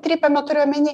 trypiama turiu omeny